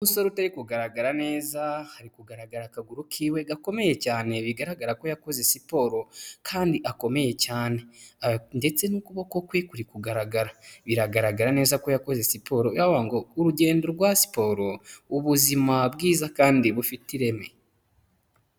Umusore utari kugaragara neza, hari kugaragara akaguru kiwe gakomeye cyane bigaragara ko yakoze siporo kandi akomeye cyane, ndetse n'ukuboko kwe kuri kugaragara, biragaragara neza ko yakoze siporo, yaravugaga ngo ''urugendo rwa siporo ubuzima bwiza kandi bufite ireme.''